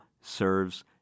serves